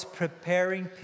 preparing